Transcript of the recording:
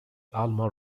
alma